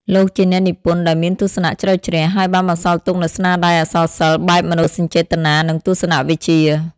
លោកជាអ្នកនិពន្ធដែលមានទស្សនៈជ្រៅជ្រះ ហើយបានបន្សល់ទុកនូវស្នាដៃអក្សរសិល្ប៍បែបមនោសញ្ចេតនា និងទស្សនវិជ្ជា។